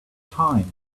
time